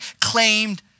claimed